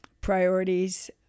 priorities